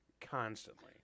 constantly